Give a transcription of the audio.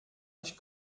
nicht